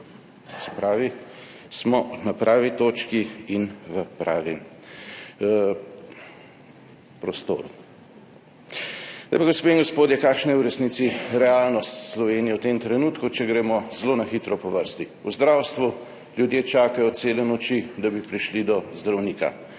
Se pravi, smo na pravi točki in v pravem prostoru. Gospe in gospodje, kakšna je v resnici realnost Slovenije v tem trenutku, če gremo zelo na hitro po vrsti. V zdravstvu ljudje čakajo cele noči, da bi prišli do zdravnika.